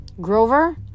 Grover